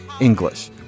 English